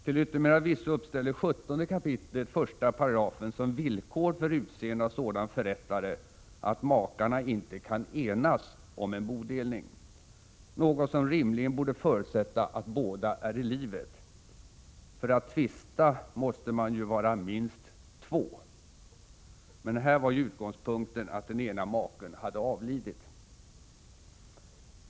Till yttermera visso uppställer 17 kap. 1 § som villkor för utseende av sådan förrättare att makarna inte kan enas om en bodelning, något som rimligen borde förutsätta att båda är i livet. För att kunna tvista måste de ju vara minst två. Men här var ju utgångspunkten att den ene maken hade avlidit.